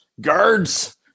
Guards